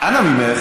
אנא ממך.